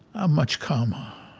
i'm much calmer.